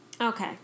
Okay